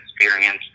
experience